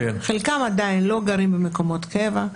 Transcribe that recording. חלקם לא גרים במקומות קבע,